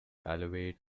alleviate